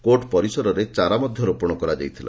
court ପରିସରରେ ଚାରା ମଧ୍ଧ ରୋପଣ କରାଯାଇଥିଲା